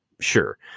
Sure